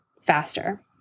faster